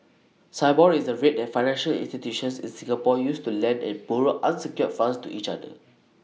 Sibor is the rate that financial institutions in Singapore use to lend and borrow unsecured funds to each other